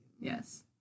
Yes